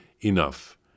Enough